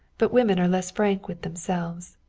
but women are less frank with themselves.